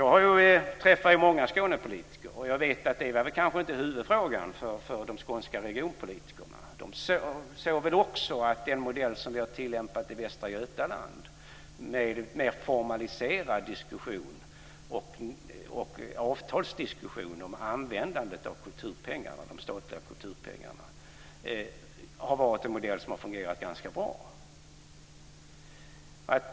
Jag träffar många Skånepolitiker, och jag vet att det kanske inte var huvudfrågan för de skånska regionpolitikerna. De såg väl också att den modell som vi har tillämpat i Västra Götaland med en mer formaliserad diskussion och avtalsdiskussion om användandet av kulturpengarna, de statliga kulturpengarna, har varit en modell som har fungerat ganska bra.